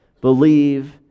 believe